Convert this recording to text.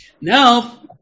Now